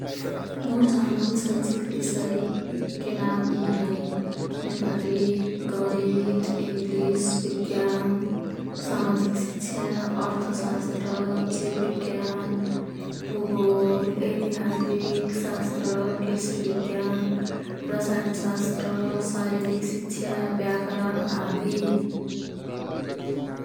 मोर् जानल शैक्षिक विषयके नाम यी हैं। नेपाली, गणित, इंग्लिस, बिज्ञान, सामाजिक शिक्षा, अर्थशास्त्र, जीव बिज्ञान, भूगोल, एतिहासिक शास्त्र, कृषि बिज्ञान, रसायन शास्त्र, शारीरिक शिक्षा, व्याकरण आदि।